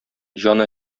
җан